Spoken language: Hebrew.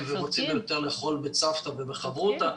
והם רוצים יותר לאכול בצוותא ובחברותא.